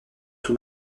tue